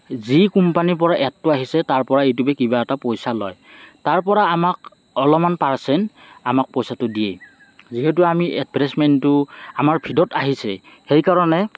যি কোম্পানীৰ পৰা এডটো আহিছে তাৰপৰা ইউটিউবে কিবা এটা পইচা লয় তাৰপৰা আমাক অলপমান পাৰচেন আমাক পইচাটো দিয়ে যিহেতু আমি এডভাৰটাইজমেণ্টটো আমাৰ ভিডিঅ'ত আহিছে সেইকাৰণে